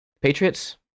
Patriots